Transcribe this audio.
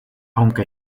aunque